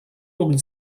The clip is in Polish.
mogli